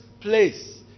place